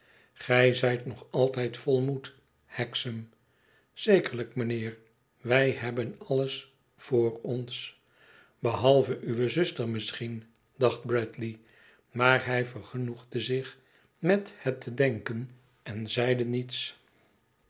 gij zijt nog altijd vol moed hexam zekerlijk mijnheer wij hebben alles vr ons behalve uwe zuster misschien dacht bradley maar hij vergenoegde zich met het te denken en zeide niets